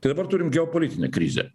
tai dabar turim geopolitinę krizę